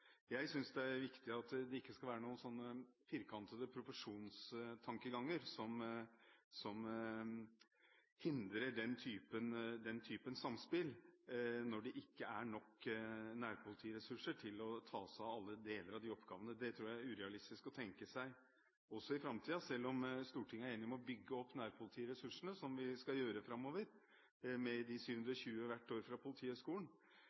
Jeg synes det er viktig at det ikke skal være noen sånne firkantede profesjonstankeganger som hindrer den typen samspill, når det ikke er nok nærpolitiressurser til å ta seg av alle deler av de oppgavene. Det tror jeg er urealistisk å tenke seg også i framtiden. Selv om Stortinget er enig om å bygge opp nærpolitiressursene – som vi skal gjøre hvert år framover med de 720 studentene fra Politihøgskolen